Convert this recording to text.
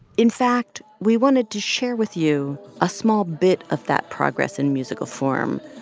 in fact, we wanted to share with you a small bit of that progress in musical form,